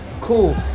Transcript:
cool